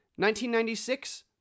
1996